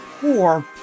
Poor